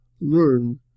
learn